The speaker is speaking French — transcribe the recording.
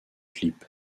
clip